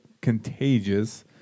contagious